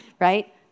right